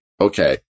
okay